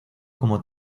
como